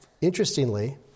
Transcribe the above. interestingly